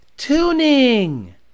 tuning